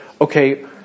okay